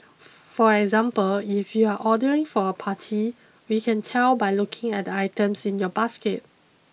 for example if you're ordering for a party we can tell by looking at the items in your basket